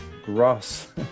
grass